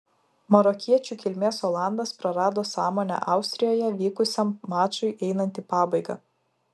marokiečių kilmės olandas prarado sąmonę austrijoje vykusiam mačui einant į pabaigą